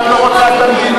את לא רוצה את המדינה.